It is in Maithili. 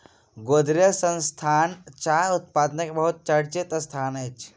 गोदरेज संस्थान चाह उत्पादनक बहुत चर्चित संस्थान अछि